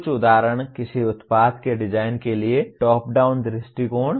कुछ उदाहरण किसी उत्पाद के डिजाइन के लिए टॉप डाउन दृष्टिकोण